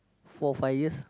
four five years